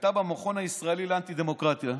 הייתה במכון הישראלי לאנטי-דמוקרטיה,